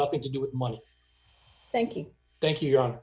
nothing to do with money thank you thank you